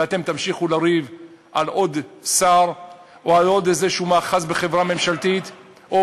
ואתם תמשיכו לריב על עוד שר או על עוד איזשהו מאחז בחברה ממשלתית או